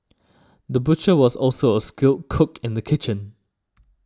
the butcher was also a skilled cook in the kitchen